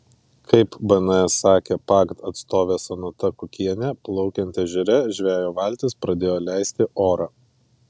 kaip bns sakė pagd atstovė sonata kukienė plaukiant ežere žvejo valtis pradėjo leisti orą